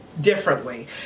differently